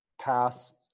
pass